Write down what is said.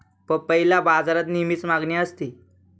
पपईला बाजारात नेहमीच मागणी असते